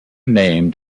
named